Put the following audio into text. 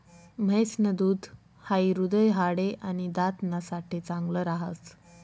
म्हैस न दूध हाई हृदय, हाडे, आणि दात ना साठे चांगल राहस